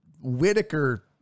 Whitaker